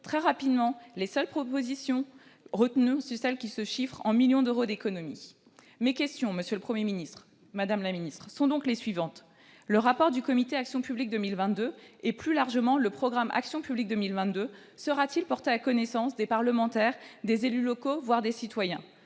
très rapidement les seules propositions retenues furent celles qui se chiffraient en millions d'euros d'économies. Mes questions sont donc les suivantes, madame la secrétaire d'État. Le rapport du Comité Action publique 2022, et plus largement le programme Action Publique 2022, sera-t-il porté à la connaissance des parlementaires, des élus locaux, voire des citoyens ?